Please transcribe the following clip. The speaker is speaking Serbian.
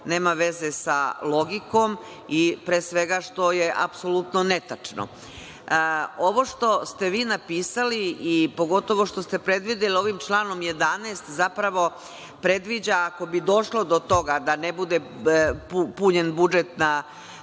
nema veze sa logikom i pre svega što je apsolutno netačno. Ovo što ste vi napisali i pogotovo što ste predvideli ovim članom 11. zapravo predviđa, ako bi došlo do toga da ne bude punjen budžet na